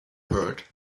heard